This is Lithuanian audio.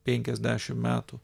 penkiasdešimt metų